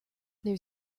there